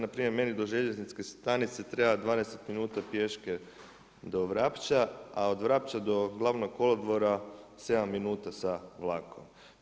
Npr. Meni do željezničke stanice treba 20 minuta pješke do Vrapča, a od Vrapča do Glavnog kolodvora 7 minuta sa vlakom.